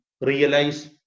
realize